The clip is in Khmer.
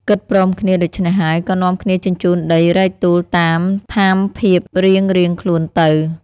គិតព្រមគ្នាដូចេ្នះហើយ ក៏នាំគ្នាជញ្ជូនដីរែកទូលតាម ថាមភាពរៀងៗខ្លួនទៅ។